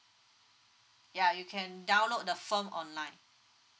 ya you can download the form online